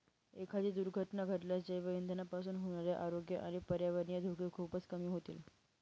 एखादी दुर्घटना घडल्यास जैवइंधनापासून होणारे आरोग्य आणि पर्यावरणीय धोके खूपच कमी होतील